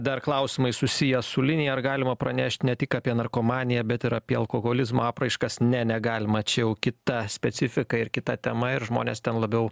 dar klausimai susiję su linija ar galima pranešti ne tik apie narkomaniją bet ir apie alkoholizmo apraiškas ne negalima čia jau kita specifika ir kita tema ir žmonės ten labiau